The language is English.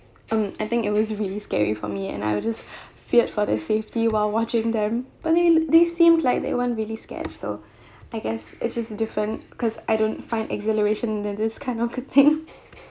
um I think it was really scary for me and I was just feared for their safety while watching them but then they seemed like they weren't really scared so I guess it's just different because I don't find exhilaration in a this kind of thing